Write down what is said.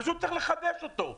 פשוט צריך לחדש אותו.